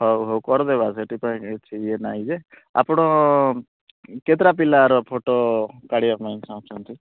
ହଉ ହଉ କରିଦେବା ସେଥିପାଇଁ କିଛି ଇଏ ନାହିଁ ଯେ ଆପଣ କେତେଟା ପିଲାର ଫଟୋ କାଢ଼ିବା ପାଇଁ ଚାହୁଁଛନ୍ତି